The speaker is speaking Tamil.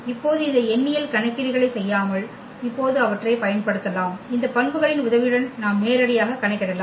இப்போது இந்த எண்ணியல் கணக்கீடுகளைச் செய்யாமல் இப்போது அவற்றைப் பயன்படுத்தலாம் இந்த பண்புகளின் உதவியுடன் நாம் நேரடியாக கணக்கிடலாம்